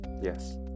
Yes